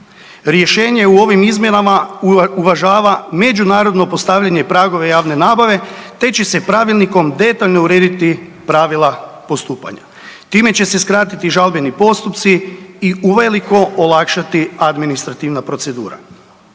Rješenje u ovim izmjenama uvažava međunarodno postavljanje pragova javne nabave, te će se pravilnikom detaljno urediti pravila postupanja. Time će se skratiti žalbeni postupci i uveliko olakšati administrativna procedura.